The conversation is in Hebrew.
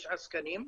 יש עסקנים,